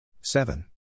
seven